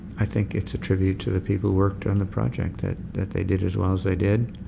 i think it's a tribute to the people who worked on the project. that that they did as well as they did